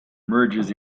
merges